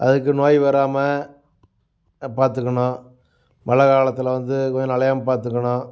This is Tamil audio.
அதுக்கு நோய் வராமல் பார்த்துக்கணும் மழைக்காலத்துல வந்து கொஞ்சம் நனையாம பார்த்துக்கணும்